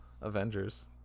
avengers